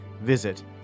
Visit